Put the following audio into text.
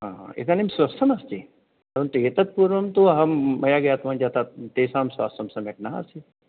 अ ह इदानीं स्वस्थः अस्ति परन्तु एतत्पूर्वं तु अहं मया ज्ञातवान् ज तत् तेषां स्वास्थ्यं सम्यक् न आसीत्